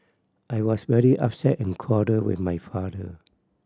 I was very upset and quarrelled with my father